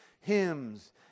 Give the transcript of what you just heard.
hymns